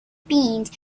beans